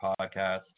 podcast